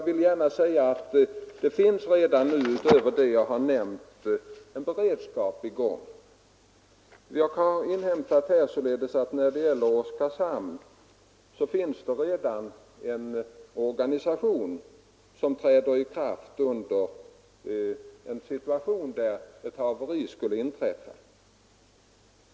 tiska synpunkter på energiförsörjningen Utöver vad jag redan nämnt har vi ytterligare beredskap. Jag har således inhämtat att det när det gäller exempelvis Oskarshamn redan finns en organisation som skall träda i kraft om ett haveri inträffar.